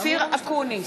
אופיר אקוניס,